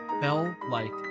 bell-like